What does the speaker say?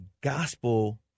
gospel